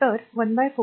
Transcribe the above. तर 14 1